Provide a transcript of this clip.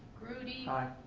rudey. aye.